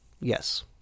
Yes